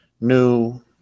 new